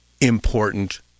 important